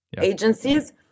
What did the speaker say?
Agencies